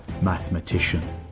mathematician